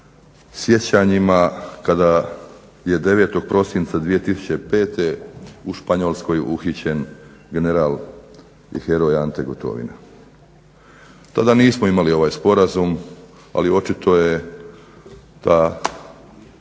sjećanjima kada je 9. prosinca 2005. U Španjolskoj uhićen generali i heroj Ante Gotovina. Tada nismo imali ovaj sporazum ali očito je ta